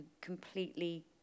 completely